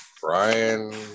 Brian